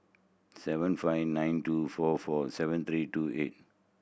seven five nine two four four seven three two eight